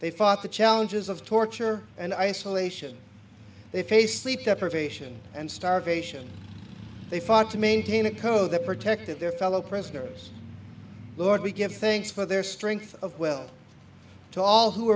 they fought the challenges of torture and isolation they faced sleep deprivation and starvation they fought to maintain a code that protected their fellow prisoners lord we give thanks for their strength of will to all who